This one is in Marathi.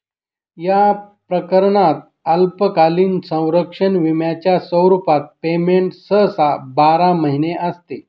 या प्रकरणात अल्पकालीन संरक्षण विम्याच्या स्वरूपात पेमेंट सहसा बारा महिने असते